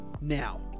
now